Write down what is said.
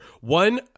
One